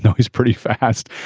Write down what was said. he's pretty fast.